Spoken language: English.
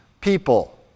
people